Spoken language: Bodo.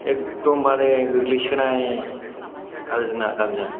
एखदमबारे गोग्लैसोनाय आरो जोंना गामिया